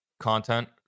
content